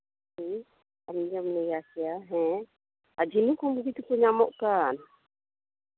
ᱟᱨᱮᱢ ᱡᱚᱢ ᱞᱟᱜᱟ ᱠᱮᱭᱟ ᱦᱮᱸ ᱟᱨ ᱡᱷᱤᱱᱩᱠ ᱦᱚᱸ ᱵᱩᱜᱤ ᱛᱮᱠᱚ ᱧᱟᱢᱚᱜ ᱠᱟᱱ